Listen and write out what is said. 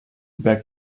über